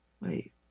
wait